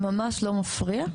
ממש לא מפריע.